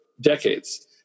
decades